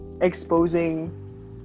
exposing